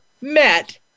met